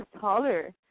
taller